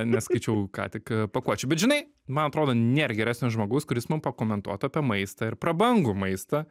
neskaičiau ką tik pakuočių bet žinai man atrodo nėn geresnio žmogaus kuris mum pakomentuotų apie maistą ir prabangų maistą